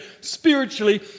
spiritually